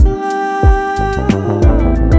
love